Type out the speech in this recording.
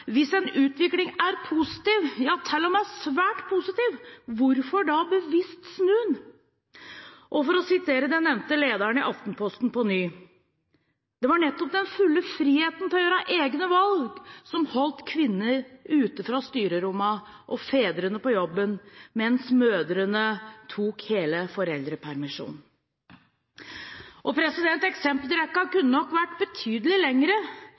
Hvis en utvikling er positiv, ja til og med «svært positiv», hvorfor da bevisst snu den? For å sitere den nevnte leder i Aftenposten: «Det var nettopp den fulle frihet til å gjøre egne valg, som holdt kvinnene ute fra styrerommene og fedrene på jobben mens mødrene tok hele foreldrepermisjonen.» Eksempelrekken kunne nok vært betydelig lengre.